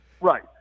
Right